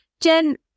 Jen